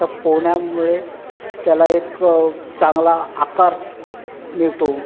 त्या पोहण्यामुळे त्याला एक चांगला आकार मिळतो